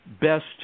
best